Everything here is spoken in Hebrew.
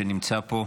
שנמצא פה.